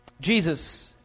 Jesus